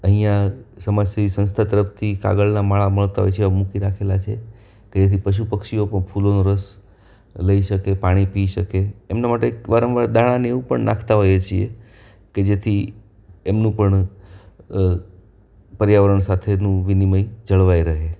અહીંયા સમાજસેવી સંસ્થા તરફથી કાગળના માળા મળતા હોય છે એવા મૂકી રાખેલા છે કે જેથી પશુ પક્ષીઓ પણ ફૂલોનો રસ લઈ શકે પાણી પી શકે એમના માટે એક વારંવાર દાણાને એવું પણ નાખતા હોઈએ છીએ કે જેથી એમનું પણ પર્યાવરણ સાથેનું વિનિમય જળવાઈ રહે